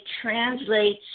translates